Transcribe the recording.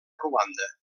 ruanda